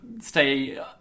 stay